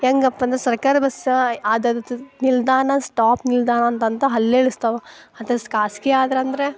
ಹೇಗಪ್ಪ ಅಂದ್ರೆ ಸರ್ಕಾರ ಬಸ್ ಅದ್ ದ್ ದ್ ನಿಲ್ದಾಣ ಸ್ಟಾಪ್ ನಿಲ್ದಾಣ ಅಂತ ಅಲ್ಲಿಯೇ ಇಳಿಸ್ತಾವ ಅದು ಖಾಸ್ಗಿ ಅದ್ರ ಅಂದರೆ